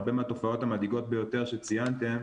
הרבה מהתופעות המדאיגות ביותר שציינתם